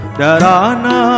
darana